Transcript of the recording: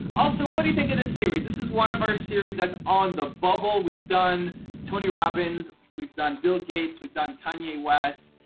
also, what do you think of this series? this is one of our series that's on the bubble. we've done tony robbins, we've done bill gates. we've done kanye west.